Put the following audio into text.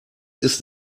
ist